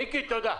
מיקי, תודה.